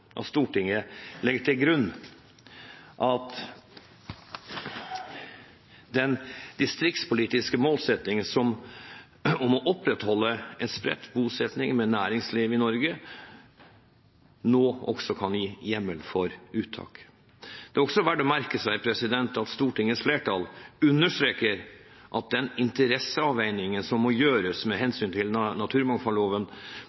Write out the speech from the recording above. at Stortinget legger til grunn at den distriktspolitiske målsettingen om å opprettholde en spredt bosetting med næringsliv i Norge nå også kan gi hjemmel for uttak. Det er også verdt å merke seg at Stortingets flertall understreker at den interesseavveiningen som må gjøres med